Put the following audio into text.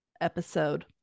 episode